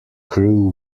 crew